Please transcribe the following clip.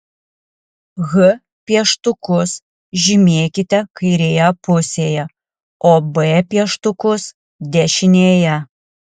h pieštukus žymėkite kairėje pusėje o b pieštukus dešinėje